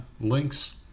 links